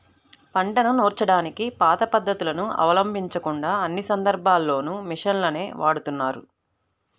పంటను నూర్చడానికి పాత పద్ధతులను అవలంబించకుండా అన్ని సందర్భాల్లోనూ మిషన్లనే వాడుతున్నారు